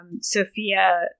Sophia